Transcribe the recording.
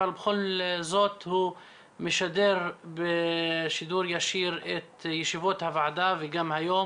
אבל בכל זאת הוא משדר בשידור ישיר את ישיבות הוועדה וגם היום